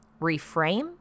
reframe